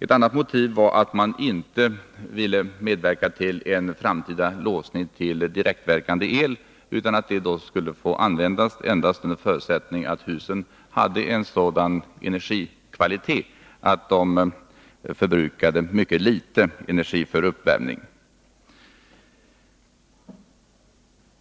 Ett annat motiv var att man inte ville medverka till en framtida låsning till direktverkande el, utan att den skulle få användas endast under förutsättning att husen hade en sådan energikvalitet att de förbrukade mycket litet energi för uppvärmning.